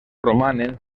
romanen